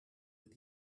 with